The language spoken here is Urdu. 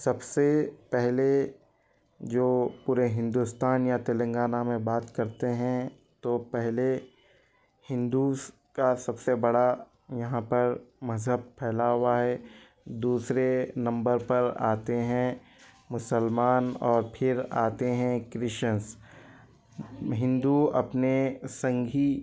سب سے پہلے جو پورے ہندوستان یا تلنگانہ میں بات کرتے ہیں تو پہلے ہندوز کا سب سے بڑا یہاں پر مذہب پھیلا ہوا ہے دوسرے نمبر پر آتے ہیں مسلمان اور پھر آتے ہیں کرسچنس میں ہندو اپنے سنگھی